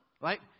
right